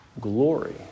glory